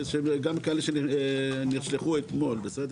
גם כאלה שנשלחו אתמול.